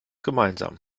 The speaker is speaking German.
gemeinsam